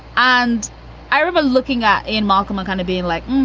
and i remember looking at ian malcolm kind of being like,